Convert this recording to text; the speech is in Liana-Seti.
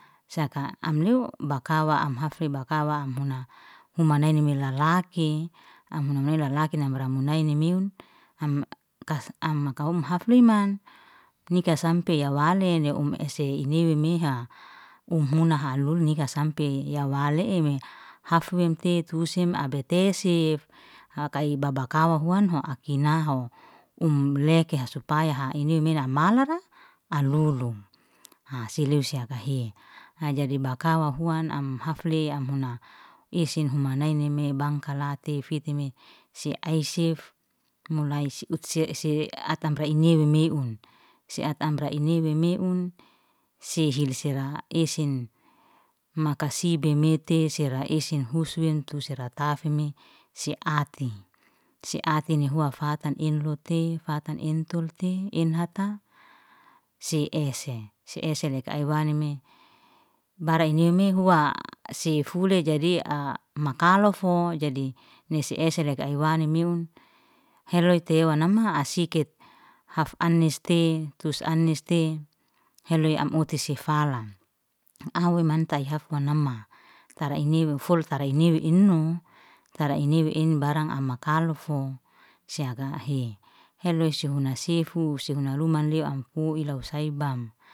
Saka am liu bakawa, am hafley bakawa am huna, huma nainime lalaki am huna am lalaki na amra munaini meun, am ka am ka huma hafley man, nika sampe ya wale ne um es iniwe meha um huna haluy nika sampi ya wale ime hafwemte tusem abetesef, haka baba bakwa huanho akinaho, um lekeha supaya ha iniwimena malara alulum. Ha sileu usikahe adadi bakawa huan, am haflley, am huna esen huma nainimi bankalate fitimi si ai sef, mulai si ata amra ime meun, si atam amra imne meun, si hili si ala isin, maka si bemete sera esen huswen tu sera tafimi, si atim si atim in lua fatam inlute, fatam intulte, in hata si ese, si ese yeka wainime, baraini mehua sifule jadi makala lofo jadi ni si ese leke ai wani meun, heloy tewa namha asiket hafaniste tu aniste heloy am uti si falam, am aha'oi mantai hafwa nama, tara iniwi fol tara iniwi inhu tara iniwi ini baranga ama kalfo, si hakahe heloy, si huna sifu, si huna luman leo amhu ilau saibam.